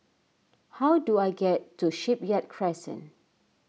how do I get to Shipyard Crescent